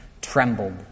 trembled